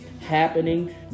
happening